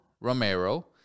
Romero